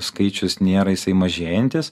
skaičius nėra jisai mažėjantis